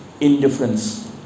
indifference